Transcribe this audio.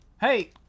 Hey